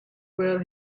where